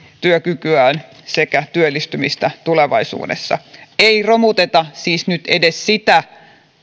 työkykyään sekä työllistymistään tulevaisuudessa ei romuteta siis nyt edes sitä